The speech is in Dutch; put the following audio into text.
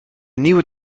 nieuwe